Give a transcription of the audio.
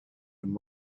and